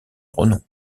renom